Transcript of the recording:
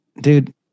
Dude